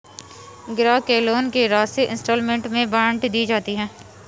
ग्राहक के लोन की राशि इंस्टॉल्मेंट में बाँट दी जाती है